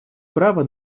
право